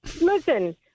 Listen